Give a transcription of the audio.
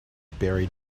buried